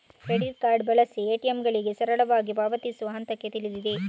credit card ಬಳಸಿ ಎ.ಟಿ.ಎಂಗಳಿಗೆ ಸರಳವಾಗಿ ಪಾವತಿಸುವ ಹಂತಕ್ಕೆ ಇಳಿದಿದೆ